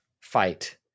fight